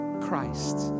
Christ